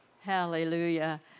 Hallelujah